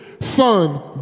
Son